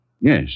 Yes